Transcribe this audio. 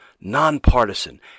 nonpartisan